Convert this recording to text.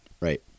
right